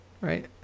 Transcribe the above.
Right